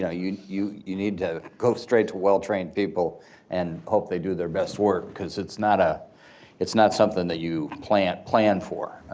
yeah you you need to go straight to well-trained people and hope they do their best work, because it's not ah it's not something that you plan plan for.